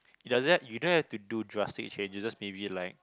it doesn't you don't have to do drastic changes you just maybe like